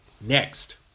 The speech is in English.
Next